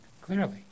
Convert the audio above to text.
clearly